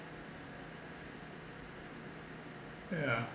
yeah